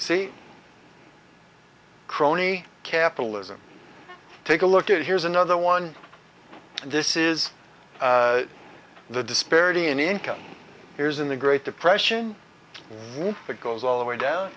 see crony capitalism take a look at here's another one and this is the disparity in income here's in the great depression it goes all the way down